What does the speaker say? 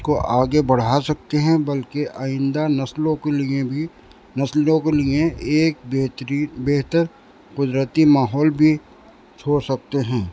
اس کو آگے بڑھا سکتے ہیں بلکہ آئندہ نسلوں کے لیے بھی نسلوں کے لیے ایک بہترین بہتر قدرتی ماحول بھی چھوڑ سکتے ہیں